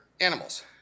animals